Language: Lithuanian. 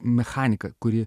mechanika kuri